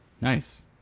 nice